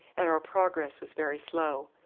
and our progress was very slow.